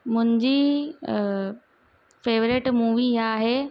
मुंहिंजी favourite movie आहे